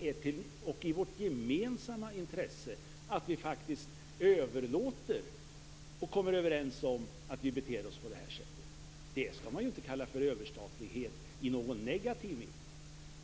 Det är i vårt gemensamma intresse att vi överlåter detta och kommer överens om att vi beter oss på det här sättet. Det skall man inte kalla för överstatlighet i någon negativ